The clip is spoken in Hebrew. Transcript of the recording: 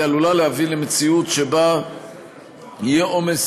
היא עלולה להביא למציאות שבה יהיה עומס